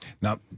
Now